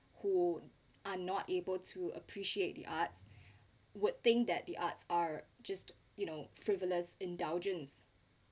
who are not able to appreciate the arts would think that the arts are just you know frivolous indulgence